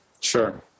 Sure